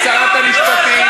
את שרת המשפטים,